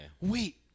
Wait